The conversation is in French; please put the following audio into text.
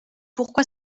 pourquoi